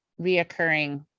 reoccurring